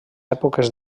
èpoques